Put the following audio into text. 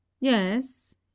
Yes